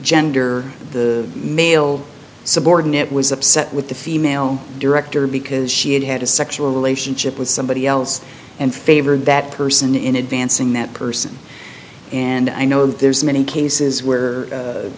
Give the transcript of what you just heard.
gender the male subordinate was upset with the female director because she had had a sexual relationship with somebody else and favored that person in advancing that person and i know that there's many cases where